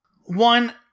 One